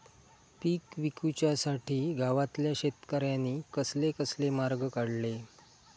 पीक विकुच्यासाठी गावातल्या शेतकऱ्यांनी कसले कसले मार्ग काढले?